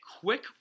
Quick